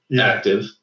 active